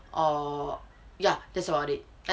or ya that's about it and